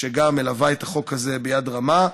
שמלווה את החוק הזה ביד רמה.